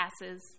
passes